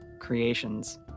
creations